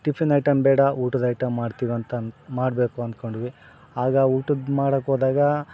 tiffin item ಬೇಡ ಊಟದ item ಮಾಡ್ತಿವಿ ಅಂತ ಅಂದು ಮಾಡಬೇಕು ಅನ್ಕೊಂಡ್ವಿ ಆಗ ಊಟದ ಮಾಡೋಕ್ ಹೋದಾಗ